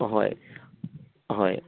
ꯑꯍꯣꯏ ꯑꯍꯣꯏ